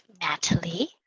Natalie